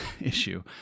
issue